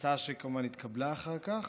הצעה שכמובן התקבלה אחר כך.